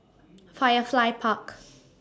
Firefly Parks